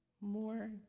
More